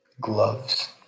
Gloves